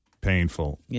painful